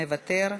מוותר,